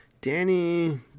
Danny